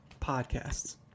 Podcasts